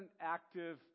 active